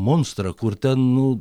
monstrą kur ten nu